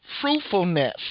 fruitfulness